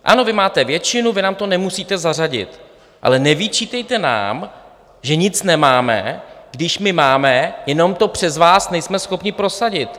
Ano, vy máte většinu, vy nám to nemusíte zařadit, ale nevyčítejte nám, že nic nemáme, když my máme, jenom to přes vás nejsme schopni prosadit.